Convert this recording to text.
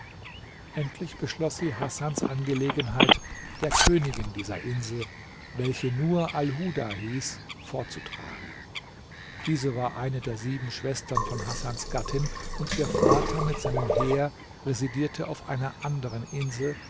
endlich beschloß sie hasans angelegenheit der königin dieser insel welche nur alhuda hieß vorzutragen diese war eine der sieben schwestern von hasans gattin und ihr vater mit seinem heer residierte auf einer anderen insel